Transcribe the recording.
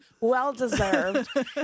well-deserved